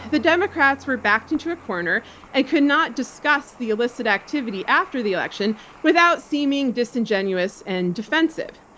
ah the democrats were backed into a corner and could not discuss the illicit activity after the election without seeming disingenuous and defensive.